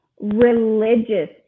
religious